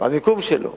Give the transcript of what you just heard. במקום שלו